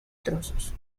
trozos